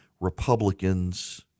Republicans